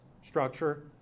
structure